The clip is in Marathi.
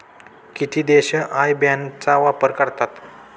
किती देश आय बॅन चा वापर करतात?